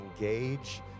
engage